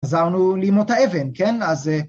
חזרנו לימות האבן, כן? אז...